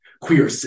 queer